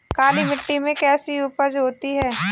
काली मिट्टी में कैसी उपज होती है?